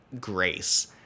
Grace –